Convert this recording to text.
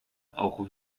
auch